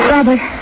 Robert